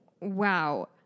Wow